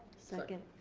second.